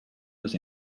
was